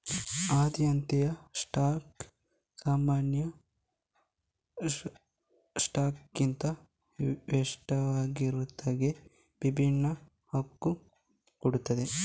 ಆದ್ಯತೆಯ ಸ್ಟಾಕ್ ಸಾಮಾನ್ಯ ಸ್ಟಾಕ್ಗಿಂತ ಷೇರುದಾರರಿಗೆ ವಿಭಿನ್ನ ಹಕ್ಕು ಕೊಡ್ತದೆ